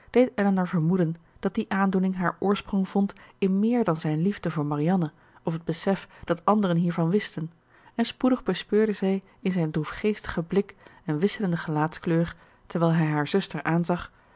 elinor vermoeden dat die aandoening haar oorsprong vond in méér dan zijne liefde voor marianne of het besef dat anderen hiervan wisten en spoedig bespeurde zij in zijn droefgeestigen blik en wisselende gelaatskleur terwijl hij hare zuster aanzag